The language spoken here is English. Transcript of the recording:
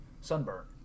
sunburn